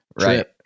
Right